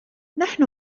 نحن